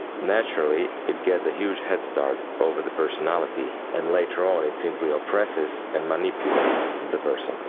naturally, it gets a huge head start over the personality and later on it simply suppresses and manipulates the person.